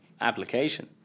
application